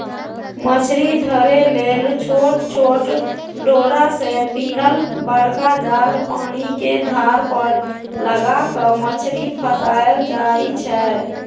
मछरी धरे लेल छोट छोट डोरा से बिनल बरका जाल पानिके धार पर लगा कऽ मछरी फसायल जाइ छै